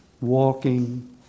walking